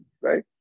right